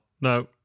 No